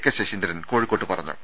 K Saseendran കോഴിക്കോട്ട് പറഞ്ഞു